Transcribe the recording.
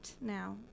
now